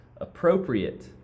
Appropriate